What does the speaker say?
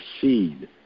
seed